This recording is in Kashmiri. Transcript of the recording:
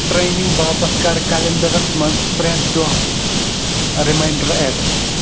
ٹرینِنٛگ باپتھ کَر کیلینڈرس منٛز پرٛٮ۪تھ دۄہ ریمانڈر ایڈ